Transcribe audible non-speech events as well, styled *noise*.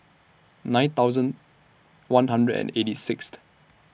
nine thousand one hundred and eighty Sixth *unintelligible*